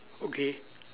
okay